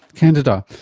candida,